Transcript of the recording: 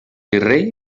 virrei